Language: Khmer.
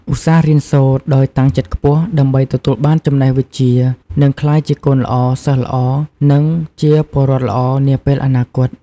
ឧស្សាហ៍រៀនសូត្រ ដោយតាំងចិត្តខ្ពស់ ដើម្បីទទួលបានចំណេះវិជ្ជា និងក្លាយជាកូនល្អ សិស្សល្អ និងជាពលរដ្ឋល្អនាពេលអនាគត។